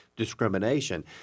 discrimination